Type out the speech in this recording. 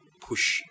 push